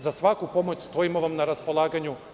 Za svaku pomoć stojimo vam na raspolaganju.